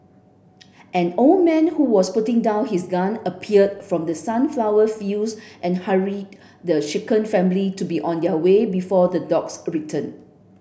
an old man who was putting down his gun appeared from the sunflower fields and hurried the shaken family to be on their way before the dogs return